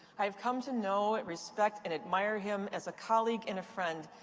i have come to know, respect, and admire him as a colleague and friend,